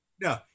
no